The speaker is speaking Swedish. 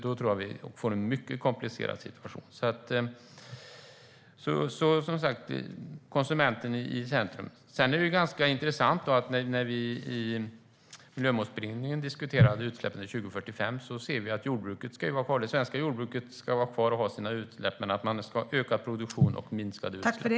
Så tror jag att vi får en mycket komplicerad situation. Som sagt: Konsumenten i centrum! Det är ganska intressant att vi, när vi i Miljömålsberedningen diskuterade utsläppen till 2045, såg att det svenska jordbruket ska vara kvar och ha sina utsläpp men att man ska ha ökad produktion och minskade utsläpp.